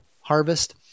harvest